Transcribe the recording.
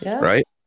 right